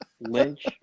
Lynch